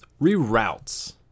reroutes